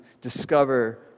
discover